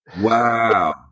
Wow